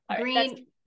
green